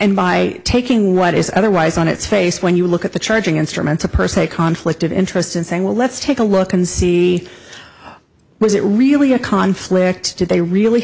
and by taking what is otherwise on its face when you look at the charging instrument a person a conflict of interest in saying well let's take a look and see was it really a conflict did they really